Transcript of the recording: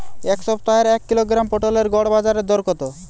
এ সপ্তাহের এক কিলোগ্রাম পটলের গড় বাজারে দর কত?